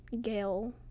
Gail